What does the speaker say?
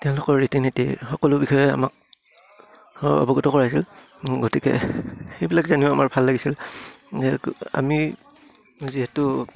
তেওঁলোকৰ ৰীতি নীতি সকলো বিষয়ে আমাক অৱগত কৰাইছিল গতিকে সেইবিলাক জানিও আমাৰ ভাল লাগিছিল আমি যিহেতু